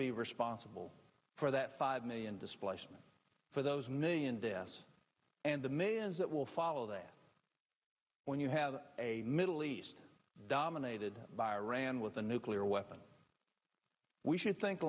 be responsible for that five million displacement for those million deaths and the millions that will follow that when you have a middle east dominated by iran with a nuclear weapon we should think